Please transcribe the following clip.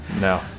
No